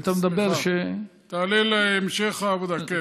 אתה מדבר, היא תעלה להמשך העבודה.